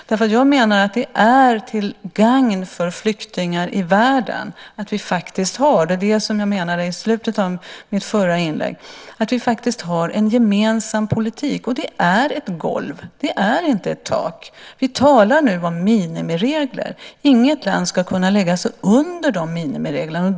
Det är till gagn för flyktingar i världen att vi har en gemensam politik. Det var det som jag menade i slutet av mitt förra inlägg. Det är ett golv. Det är inte ett tak. Vi talar nu om minimiregler. Inget land ska kunna lägga sig under de minimireglerna.